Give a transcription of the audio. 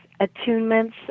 attunements